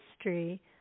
history